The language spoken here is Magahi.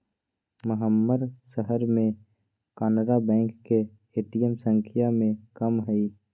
महम्मर शहर में कनारा बैंक के ए.टी.एम संख्या में कम हई